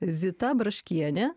zita braškienė